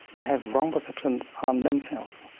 they have wrong perceptions on themselves,